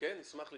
נשמח לשמוע.